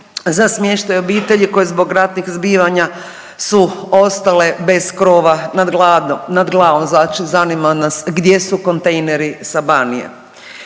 za smještaj obitelji koje zbog ratnih zbivanja su ostale bez krova nad glavom. Znači zanima nas gdje su kontejneri sa Banije.